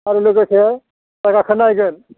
आरो लोगोसे जायगाखौ नायगोन